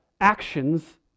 actions